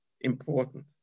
important